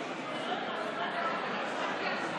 החלטת מה להצביע על ממדים ללימודים?